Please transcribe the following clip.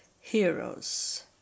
heroes